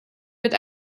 wird